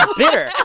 ah bitter